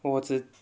我只